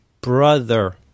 Brother